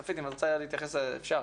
צופית, אם את רוצה להתייחס, אפשר.